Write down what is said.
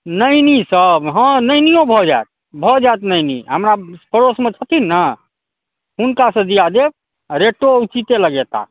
नैनी सब हँ नैनियो भऽ जायत भऽ जायत नैनी हमरा पड़ोसमे छथिन ने हुनकासँ दिया देब आओर रेटो उचिते लगेता